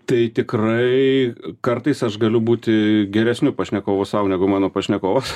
tai tikrai kartais aš galiu būti geresniu pašnekovu sau negu mano pašnekova